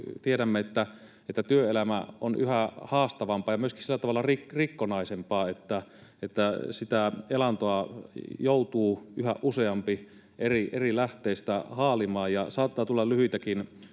tiedämme, että työelämä on yhä haastavampaa ja myöskin sillä tavalla rikkonaisempaa, että sitä elantoa joutuu yhä useampi eri lähteistä haalimaan ja saattaa tulla lyhyitä